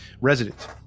resident